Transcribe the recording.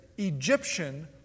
Egyptian